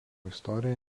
istorija